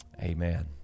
Amen